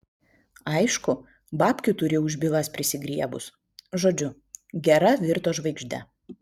aišku babkių turi už bylas prisigriebus žodžiu gera virto žvaigžde